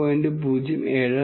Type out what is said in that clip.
075 ഉം 1